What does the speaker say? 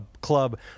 club